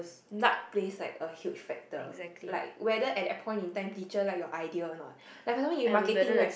luck plays like a huge factor like whether at the point in time teacher like your idea or not for example in marketing right